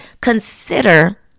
consider